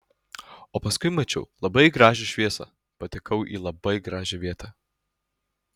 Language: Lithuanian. o paskui mačiau labai gražią šviesą patekau į labai gražią vietą